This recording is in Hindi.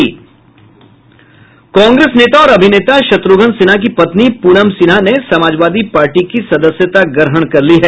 कांग्रेस नेता और अभिनेता शत्र्घ्न सिन्हा की पत्नी प्रनम सिन्हा ने समाजवादी पार्टी की सदस्यता ग्रहण कर ली है